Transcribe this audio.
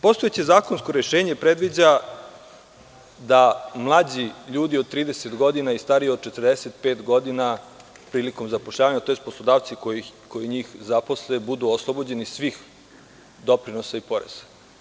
Postojeće zakonsko rešenje predviđa da mlađi ljudi od 30 godina i stariji od 45 godina prilikom zapošljavanja, tj. poslodavci koji njih zaposle budu oslobođeni svih doprinosa i poreza.